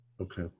Okay